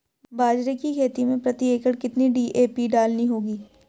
बाजरे की खेती में प्रति एकड़ कितनी डी.ए.पी डालनी होगी?